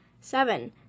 Seven